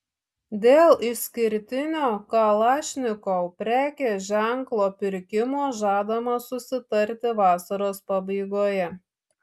dėl išskirtinio kalašnikov prekės ženklo pirkimo žadama susitarti vasaros pabaigoje